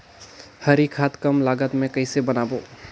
हरी खाद कम लागत मे कइसे बनाबो?